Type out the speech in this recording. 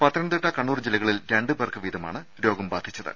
പത്തനംതിട്ട കണ്ണൂർ ജില്ലകളിൽ രണ്ട് പേർക്ക് വീതമാണ് രോഗം ബാധിച്ചത്